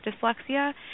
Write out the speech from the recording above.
dyslexia